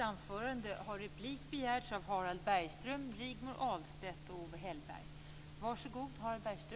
I och med den uppmärksamhet som frågan har fått torde ingen vara ovetande om detta.